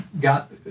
got